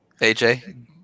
AJ